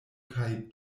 kaj